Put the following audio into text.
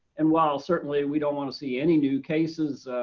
and while certainly we don't want to see any new cases,